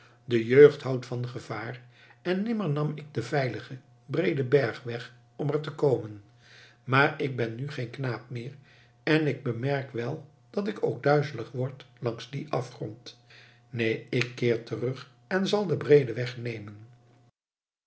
de jeugd houdt van gevaar en nimmer nam ik den veiligen breeden bergweg om er te komen maar ik ben nu geen knaap meer en ik bemerk wel dat ik ook duizelig word langs dien afgrond neen ik keer terug en zal den breeden